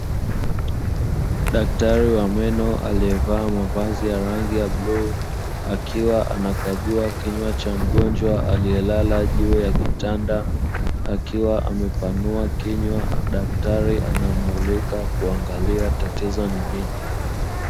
Daktari wa meno aliyevaa mavazi ya rangi ya bluu, akiwa anakagua kinywa cha mgonjwa aliyelala juu ya kitanda, akiwa amepanua kinywa; daktari anammulika kuangalia tatizo ni nini.